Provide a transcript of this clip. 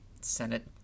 Senate